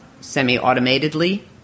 semi-automatedly